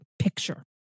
picture